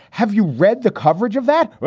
have you read the coverage of that? well,